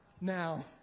now